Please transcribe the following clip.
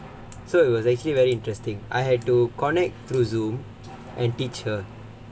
so it was actually very interesting I had to connect through Zoom and teach her